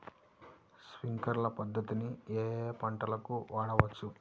Sprinkler పద్ధతిని ఏ ఏ పంటలకు వాడవచ్చు?